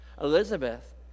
Elizabeth